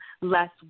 less